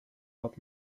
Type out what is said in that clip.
hop